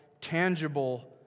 tangible